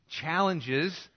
challenges